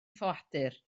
ffoadur